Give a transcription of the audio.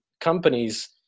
companies